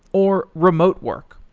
or remote work.